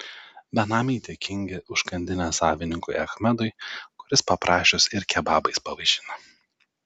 benamiai dėkingi užkandinės savininkui achmedui kuris paprašius ir kebabais pavaišina